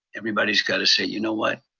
everybody's gotta say, you know what?